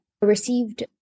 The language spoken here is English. received